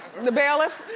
the bailiff.